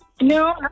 No